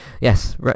Yes